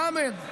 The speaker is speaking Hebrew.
חמד,